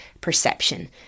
perception